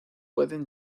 pueden